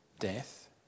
Death